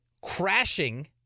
crashing